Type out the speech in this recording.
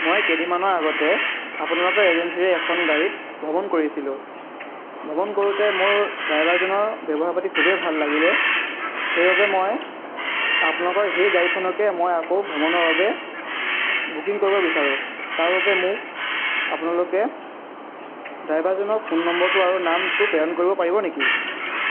মই কেইদিনমানৰ আগতে আপোনালোক এজেঞ্চীৰে এখন গাড়ীত ভ্ৰমণ কৰিছিলোঁ ভ্ৰমণ কৰোঁতে মোৰ ড্ৰাইভাৰজনৰ ব্যৱহাৰ পাতি খুবেই ভাল লাগিলে সেইবাবে মই আপোনালোকৰ সেই গাড়ীখনকে আকৌ ভ্ৰমণৰ বাবে বুকিং কৰিব বিচাৰোঁ তাৰ বাবে মোক আপোনালোকে ড্ৰাইভাৰজনৰ ফোন নম্বৰটো আৰু নামটো প্ৰেৰণ কৰিব পাৰিব নেকি